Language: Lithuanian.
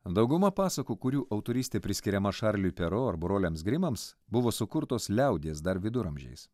dauguma pasakų kurių autorystė priskiriama šarliui pero ar broliams grimams buvo sukurtos liaudies dar viduramžiais